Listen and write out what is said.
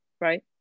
right